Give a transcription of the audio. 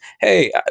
Hey